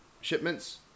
shipments